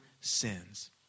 sins